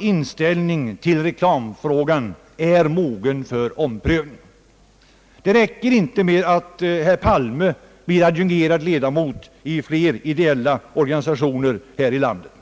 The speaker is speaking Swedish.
inställning till reklam i TV är mogen för omprövning. Det räcker inte med att herr Palme blir adjungerad ledamot av flera ideella organisationer här i landet.